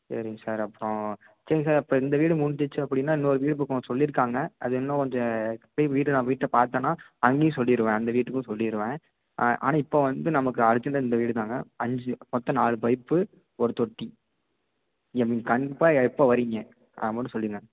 சேரிங்க சார் அப்புறம் சேரிங்க சார் அப்போ இந்த வீடு முடிஞ்சுடுச்சு அப்படின்னா இன்னொரு வீடு பக்கம் சொல்லியிருக்காங்க அது இன்னும் கொஞ்சம் போய் வீட்டை நான் வீட்டை பாத்தேன்னா அங்கேயும் சொல்லிடுவேன் அந்த வீட்டுக்கும் சொல்லிடுவேன் ஆனால் இப்போ வந்து நமக்கு அர்ஜெண்ட்டாக இந்த வீடு தான்ங்க அஞ்சு மொத்தம் நாலு பைப்பு ஒரு தொட்டி கன்ஃபார்ம் எப்போ வர்றீங்க அதை மட்டும் சொல்லுங்கள்